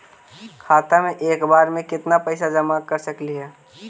खाता मे एक बार मे केत्ना पैसा जमा कर सकली हे?